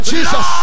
Jesus